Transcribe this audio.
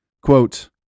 Quote